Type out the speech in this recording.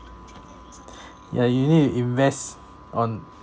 yeah you need to invest on